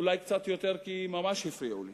אולי קצת יותר, כי ממש הפריעו לי.